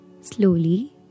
slowly